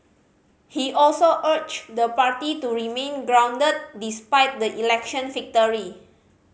he also urged the party to remain grounded despite the election victory